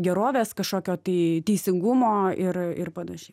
gerovės kažkokio tai teisingumo ir ir panašiai